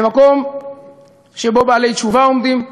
במקום שבו בעלי תשובה עומדים,